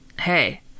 hey